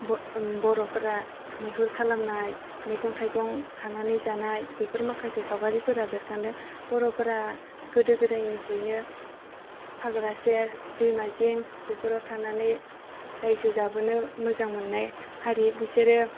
बर'फोरा मैहुर खालामनाय मैगं थायगं खानानै जानाय बेफोर माखासे सावगारिफोरा बेरखांदों बर'फोरा गोदो गोदायनिफ्रायनो हाग्रा सेर दैमा जिं बेफोराव थानानै रायजो जाबोनो मोजां मोननाय हारि बिसोरो